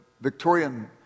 Victorian